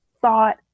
thought